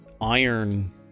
iron